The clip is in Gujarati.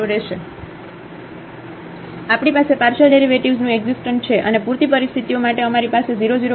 તેથી આપણી પાસે પાર્શિયલ ડેરિવેટિવ્ઝનું એકઝીસ્ટન્સ છે અને પૂરતી પરિસ્થિતિઓ માટે અમારી પાસે 0 0 પોઇન્ટ પર ફંકશનની કન્ટિન્યુટી છે